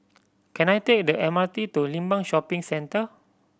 can I take the M R T to Limbang Shopping Centre